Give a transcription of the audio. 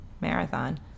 Marathon